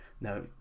now